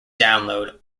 download